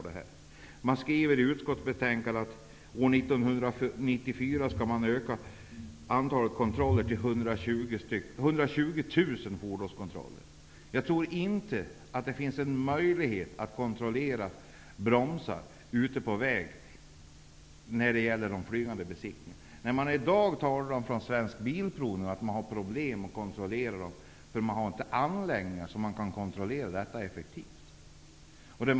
Det skrivs i utskottsbetänkandet att vi år 1994 skall ha ökat antalet kontroller till 120 000. nJag tror inte att det finns möjligheter att kontrollera bromsar ute på vägarna vid flygande besiktningar, när man redan i dag talar om från Svensk Bilprovning att man har problem med att kontrollera, därför att man inte har anläggningar för att göra detta effektivt.